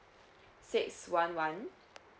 six one one